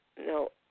no